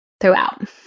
throughout